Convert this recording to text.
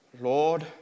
Lord